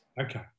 Okay